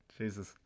Jesus